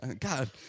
God